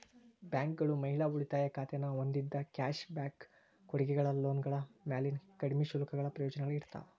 ಬ್ಯಾಂಕ್ಗಳು ಮಹಿಳಾ ಉಳಿತಾಯ ಖಾತೆನ ಹೊಂದಿದ್ದ ಕ್ಯಾಶ್ ಬ್ಯಾಕ್ ಕೊಡುಗೆಗಳ ಲೋನ್ಗಳ ಮ್ಯಾಲಿನ ಕಡ್ಮಿ ಶುಲ್ಕಗಳ ಪ್ರಯೋಜನಗಳ ಇರ್ತಾವ